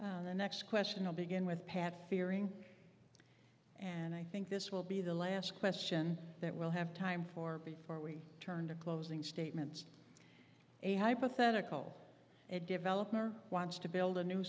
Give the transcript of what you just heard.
you the next question i'll begin with pat fearing and i think this will be the last question that we'll have time for before we turn to closing statements a hypothetical a developer wants to build a new